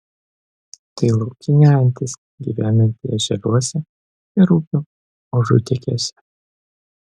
tai laukinė antis gyvenanti ežeruose ir upių užutėkiuose